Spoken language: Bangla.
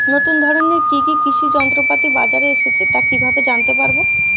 নতুন ধরনের কি কি কৃষি যন্ত্রপাতি বাজারে এসেছে তা কিভাবে জানতেপারব?